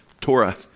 Torah